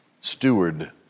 steward